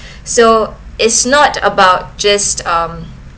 so it's not about just um